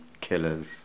killers